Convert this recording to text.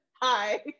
hi